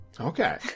Okay